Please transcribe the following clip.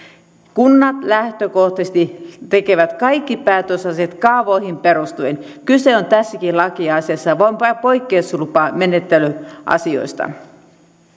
kunnat lähtökohtaisesti tekevät kaikki päätösasiat kaavoihin perustuen kyse on tässäkin lakiasiassa vain vain poikkeuslupamenettelyasioista